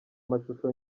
mashusho